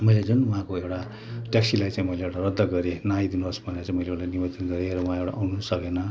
मैले जुन उहाँको एउटा ट्याक्सीलाई चाहिँ मैले एउटा रद्द गरेँ नआइदिनु होस् भनेर चाहिँ मैले उसलाई निवेदन गरेर उहाँ एउटा आउन सकेन